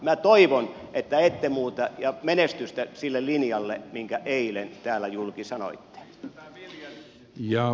minä toivon että ette muuta ja menestystä sille linjalle minkä eilen täällä julki sanoitte